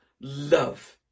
love